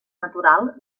natural